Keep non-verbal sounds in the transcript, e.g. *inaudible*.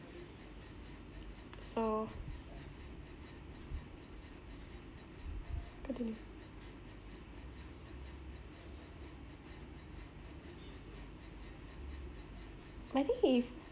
*noise* so I think if